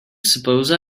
suppose